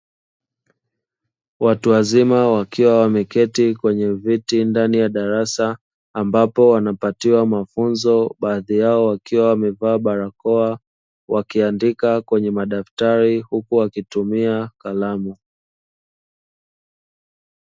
Watu wazima wakiwa wameketi kwenye viti ndani ya darasa, ambapo wanapatiwa mafunzo, baadhi yao wakiwa wamevaa barakoa, wakiandika kwenye madaftari huku wakitumia kalamu.